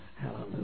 Hallelujah